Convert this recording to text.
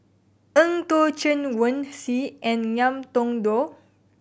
Eng Tow Chen Wen Hsi and Ngiam Tong Dow